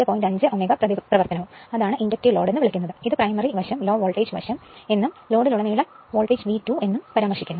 5 Ω പ്രതിപ്രവർത്തനവും അതാണ് inductive load എന്ന് വിളിക്കുന്നത് ഇത് primary side low voltage side എന്നും ലോഡിലുടനീളം വോൾട്ടേജ് V2 എന്നും പരാമർശിക്കുന്നു